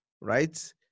right